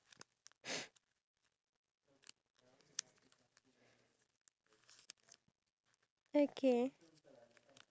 what is one thing that we both try which is we never tried before in our entire life but we both did it together for the first time